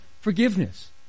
forgiveness